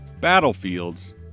battlefields